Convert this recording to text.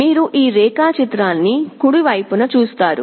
మీరు ఈ రేఖాచిత్రాన్ని కుడి వైపున చూస్తారు